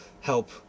help